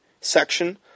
section